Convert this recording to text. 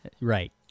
Right